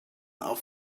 are